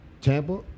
Tampa